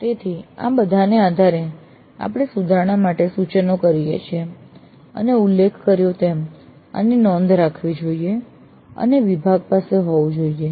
તેથી આ બધાના આધારે આપણે સુધારણા માટે સૂચનો કરીએ છીએ અને ઉલ્લેખ કર્યો છે તેમ આની નોંધ રાખવી જોઈએ અને વિભાગ પાસે હોવું જોઈએ